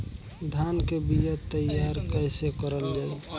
धान के बीया तैयार कैसे करल जाई?